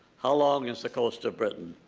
how long is the coast of britain?